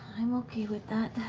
i'm okay with that.